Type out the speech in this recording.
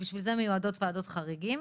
לצורך זה מיועדות ועדות חריגים.